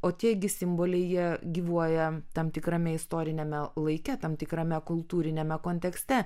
o tie gi simboliai jie gyvuoja tam tikrame istoriniame laike tam tikrame kultūriniame kontekste